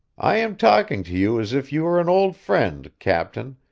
i am talking to you as if you were an old friend, captain,